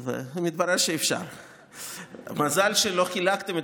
אי-אפשר להוציא מאיתנו את